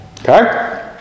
Okay